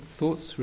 thoughts